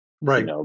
Right